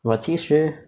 but 其实